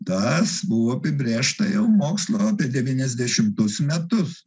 tas buvo apibrėžta jau mokslo devyniasdešimtus metus